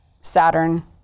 Saturn